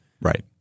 Right